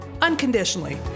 unconditionally